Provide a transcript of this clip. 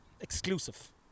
exclusive